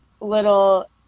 little